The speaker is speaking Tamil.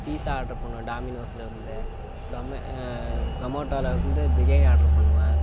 பீசா ஆர்டர் பண்ணுவேன் டாமினோஸ்லேருந்து டொமெ சொமேட்டோலேருந்து பிரியாணி ஆர்டர் பண்ணுவன்